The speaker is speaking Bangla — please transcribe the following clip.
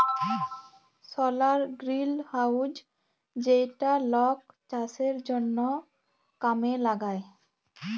সলার গ্রিলহাউজ যেইটা লক চাষের জনহ কামে লাগায়